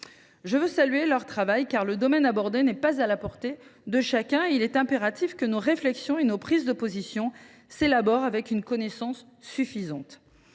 Je salue leur travail, car le domaine abordé n’est pas à la portée de chacun et il est impératif que nos réflexions et nos prises de position s’élaborent en en ayant une connaissance suffisante.